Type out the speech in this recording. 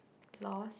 lost